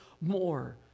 more